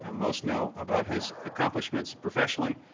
um most know about his accomplishments professionally.